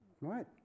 right